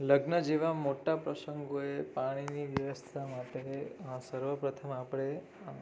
લગ્ન જેવા મોટા પ્રસંગોએ પાણીની વ્યવસ્થા માટે સર્વ પ્રથમ આપણે